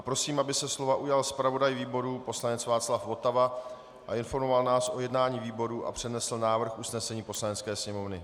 Prosím, aby se slova ujal zpravodaj výboru poslanec Václav Votava a informoval nás o jednání výboru a přednesl návrh usnesení Poslanecké sněmovny.